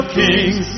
kings